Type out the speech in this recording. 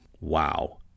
Wow